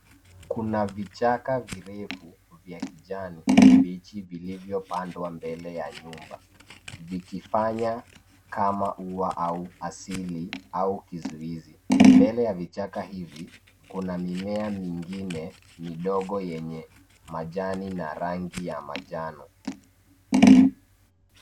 Kuna vichaka virefu vya kijani kibichi vilivyopandwa mbele ya nyumba, vikifanya kama ua au asili au kizuizi. Mbelee ya vichaka hivi kuna mimea mingine midogo yenye majani na rangi ya manjano.